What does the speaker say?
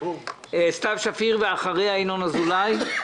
סתיו שפיר, ואחריה ינון אזולאי.